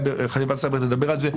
חטיבת הסייבר תדבר על זה.